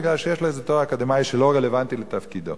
מפני שיש לו איזה תואר אקדמי שלא רלוונטי לתפקידו.